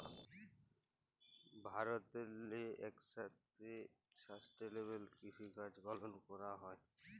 ভারতেল্লে ইকসাথে সাস্টেলেবেল কিসিকাজ পালল ক্যরা হ্যয়